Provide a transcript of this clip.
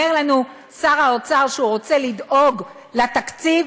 אומר לנו שר האוצר שהוא רוצה לדאוג לתקציב.